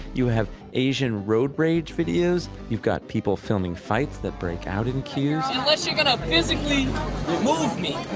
you have asian road rage videos, you've got people filming fights that break out in queues unless you're gonna physically move me,